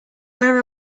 where